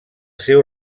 seu